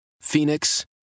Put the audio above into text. Phoenix